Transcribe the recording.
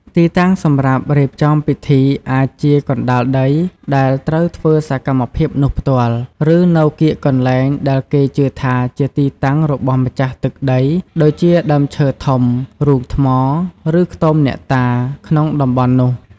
ទីតាំងសម្រាប់រៀបចំពិធីអាចជាកណ្តាលដីដែលត្រូវធ្វើសកម្មភាពនោះផ្ទាល់ ឬនៅកៀកកន្លែងដែលគេជឿថាជាទីតាំងរបស់ម្ចាស់ទឹកដី ដូចជាដើមឈើធំ រូងថ្ម ឬខ្ទមអ្នកតា ក្នុងតំបន់នោះ។